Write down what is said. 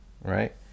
right